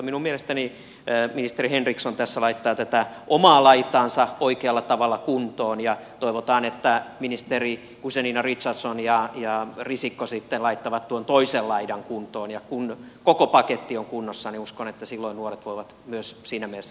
minun mielestäni ministeri henriksson tässä laittaa tätä omaa laitaansa oikealla tavalla kuntoon ja toivotaan että ministerit guzenina richardson ja risikko sitten laittavat tuon toisen laidan kuntoon ja kun koko paketti on kunnossa niin uskon että silloin nuoret voivat myös siinä mielessä entistä paremmin